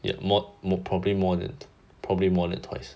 you have more more probably more than probably more than twice